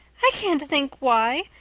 i can't think why.